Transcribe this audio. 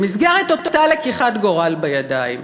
במסגרת אותה לקיחת גורל בידיים.